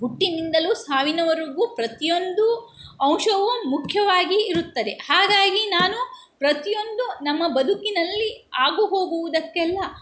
ಹುಟ್ಟಿನಿಂದಲೂ ಸಾವಿನವರೆಗೂ ಪ್ರತಿಯೊಂದೂ ಅಂಶವೂ ಮುಖ್ಯವಾಗಿ ಇರುತ್ತದೆ ಹಾಗಾಗಿ ನಾನು ಪ್ರತಿಯೊಂದು ನಮ್ಮ ಬದುಕಿನಲ್ಲಿ ಆಗುಹೋಗುವುದಕ್ಕೆಲ್ಲ